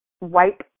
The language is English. wipe